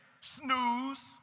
Snooze